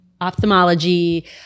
ophthalmology